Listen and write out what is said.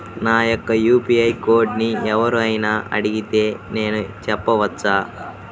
నా యొక్క యూ.పీ.ఐ కోడ్ని ఎవరు అయినా అడిగితే నేను చెప్పవచ్చా?